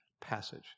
passage